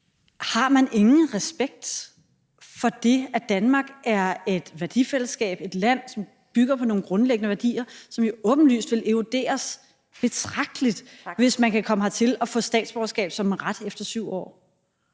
Har man ingen respekt for det, at Danmark er et værdifællesskab, et land, som bygger på nogle grundlæggende værdier, som jo åbenlyst ville eroderes betragteligt, hvis man kunne komme hertil og få statsborgerskab som en ret efter 7 år?